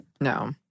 no